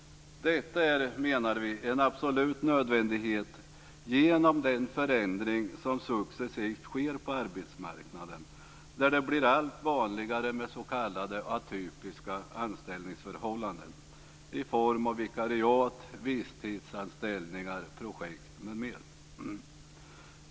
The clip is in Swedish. Detta menar vi är en absolut nödvändighet genom den förändring som successivt sker på arbetsmarknaden, där det blir allt vanligare med s.k. atypiska anställningsförhållanden i form av vikariat, visstidsanställningar, projekt m.m.